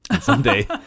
someday